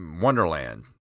Wonderland